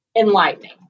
enlightening